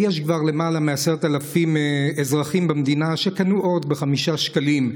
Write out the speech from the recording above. יש כבר למעלה מ-10,000 אזרחים במדינה שקנו אות ב-5 שקלים.